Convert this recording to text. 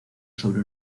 sobre